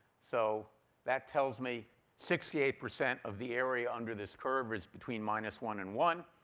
so that tells me sixty eight percent of the area under this curve is between minus one and one,